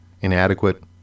inadequate